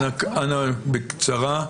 אנא בקצרה,